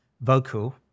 vocal